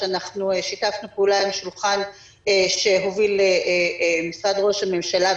ששיתפנו פעולה עם שולחן שהוביל משרד ראש-הממשלה,